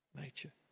nature